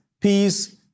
peace